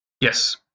Yes